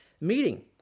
meeting